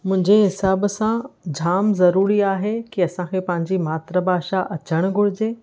मुंहिंजे हिसाब सां जाम ज़रूरी आहे कि असांखे पंहिंजी मातृभाषा अचणु घुरिजे